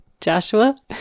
Joshua